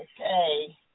Okay